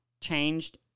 changed